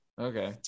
okay